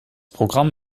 programm